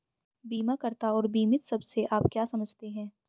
बीमाकर्ता और बीमित शब्द से आप क्या समझते हैं?